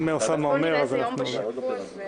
בוא נראה איזה יום בשבוע זה.